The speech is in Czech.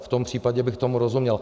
V tom případě bych tomu rozuměl.